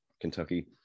Kentucky